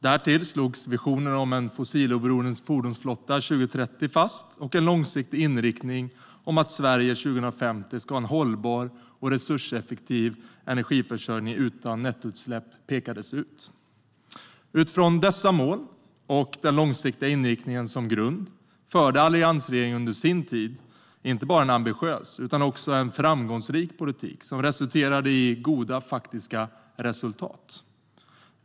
Därtill slogs visionen om en fossiloberoende fordonsflotta till 2030 fast, och en långsiktig inriktning att Sverige 2050 ska ha en hållbar och resurseffektiv energiförsörjning utan nettoutsläpp pekades ut. Utifrån dessa mål och med den långsiktiga inriktningen som grund förde alliansregeringen under sin tid en inte bara ambitiös utan också framgångsrik politik som gav goda faktiska resultat.